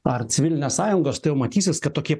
ar civilinės sąjungos tai jau matysis kad tokie